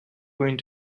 going